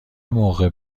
موقع